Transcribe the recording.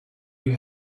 you